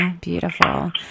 beautiful